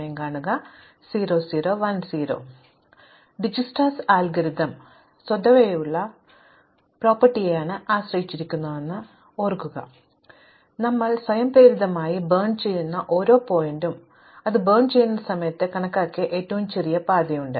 അതിനാൽ ഡിജ്സ്ക്രയുടെ അൽഗോരിതം ശരിയാക്കുന്നത് ഒരു സ്വതവേയുള്ള സ്വത്തെയാണ് ആശ്രയിച്ചിരിക്കുന്നതെന്ന് ഓർക്കുക ഞങ്ങൾ സ്വപ്രേരിതമായി കത്തിക്കുന്ന ഓരോ ശീർഷകത്തിനും അത് കത്തിക്കുന്ന സമയത്ത് കണക്കാക്കിയ ഏറ്റവും ചെറിയ പാതയുണ്ട്